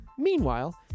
Meanwhile